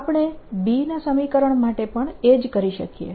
આપણે B સમીકરણ માટે પણ એ જ કરી શકીએ